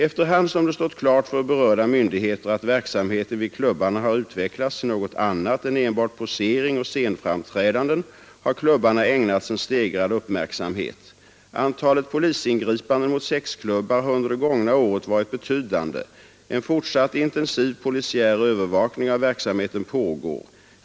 Efter hand som det stått klart för berörda myndigheter att verksamheten vid klubbarna har utvecklats till något annat än enbart posering 5 och scenframträdanden har klubbarna ägnats en stegrad uppmärksamhet. grafi Antalet polisingripanden mot sexklubbar har under det gångna året varit betydande. En fortsatt intensiv polisiär övervakning av verksamheten pågår.